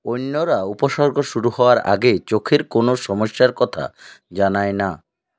অন্যরা উপসর্গ শুরু হওয়ার আগে চোখের কোনও সমস্যার কথা জানায় না